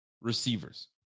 receivers